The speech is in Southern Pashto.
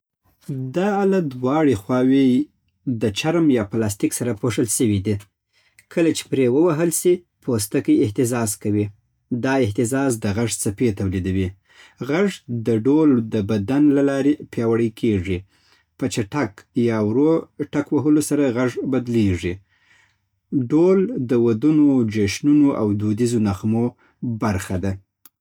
دا آله دواړه خواوې د چرم یا پلاستیک سره پوښل سوې ده. کله چې پرې ووهل سي، پوستکي اهتزاز کوي. دا اهتزاز د غږ څپې تولیدوي. غږ د ډوهل د بدن له لارې پیاوړی کېږي. په چټک یا ورو ټک وهلو سره غږ بدلېږي. ډوهل د ودونو، جشنونو او دودیزو نغمو برخه ده